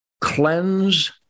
cleanse